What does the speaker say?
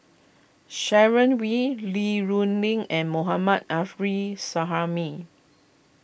Sharon Wee Li Rulin and Mohammad Afri Suhaimi